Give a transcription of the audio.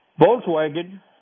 Volkswagen